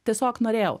tiesiog norėjau